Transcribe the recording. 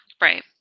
Right